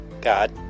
God